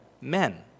men